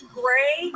gray